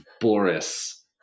Boris